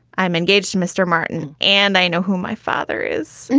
i'm engaged, mr. martin, and i know who my father is.